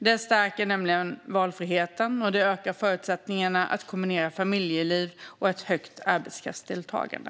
Det stärker nämligen valfriheten och ökar förutsättningarna för att kombinera familjeliv med ett högt arbetskraftsdeltagande.